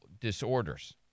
disorders